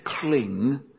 cling